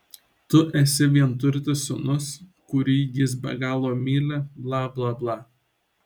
tu esi vienturtis sūnus kurį jis be galo myli bla bla bla